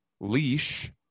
leash